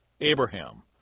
Abraham